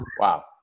Wow